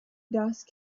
dust